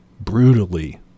brutally